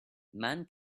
man